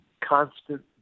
constant